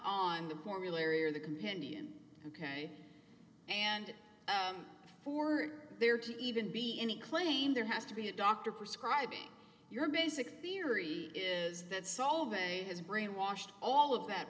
on the formulary or the companion ok and for there to even be any claim there has to be a doctor prescribing your basic theory is that solving a has brainwashed all of that